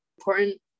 important